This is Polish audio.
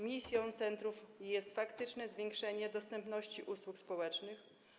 Misją centrów jest faktyczne zwiększenie dostępności usług społecznych.